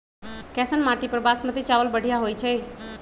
कैसन माटी पर बासमती चावल बढ़िया होई छई?